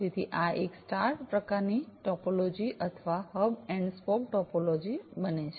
તેથી આ એક સ્ટાર પ્રકારની ટોપોલોજી અથવા હબ એન્ડ સ્પોક ટોપોલોજી બને છે